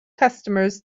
customers